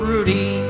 Rudy